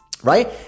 Right